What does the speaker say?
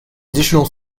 additional